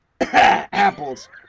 Apples